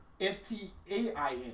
S-T-A-I-N